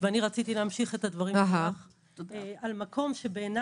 רציתי להמשיך את הדברים על מקום שבעיני